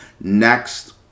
Next